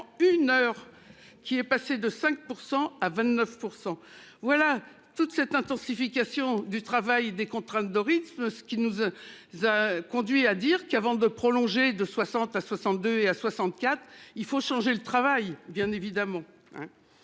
une heure. Qui est passé de 5% à 29%. Voilà toute cette intensification du travail des contraintes de rythme, ce qui nous a. Conduit à dire qu'avant de prolonger de 60 à 62 et A64. Il faut changer le travail bien évidemment